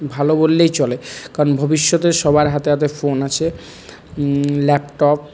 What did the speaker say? ভালো বললেই চলে কারণ ভবিষ্যতে সবার হাতে হাতে ফোন আছে ল্যাপটপ